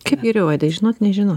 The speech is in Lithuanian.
kaip geriau vaidai žinot nežinot